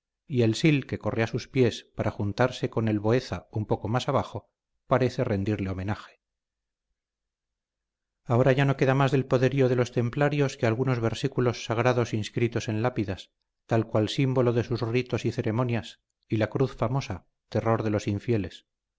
y el sil que corre a sus pies para juntarse con el boeza un poco más abajo parece rendirle homenaje ahora ya no queda más del poderío de los templarios que algunos versículos sagrados inscritos en lápidas tal cual símbolo de sus ritos y ceremonias y la cruz famosa terror de los infieles